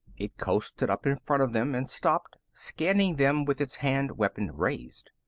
it coasted up in front of them and stopped, scanning them with its hand-weapon raised.